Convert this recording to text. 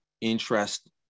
interest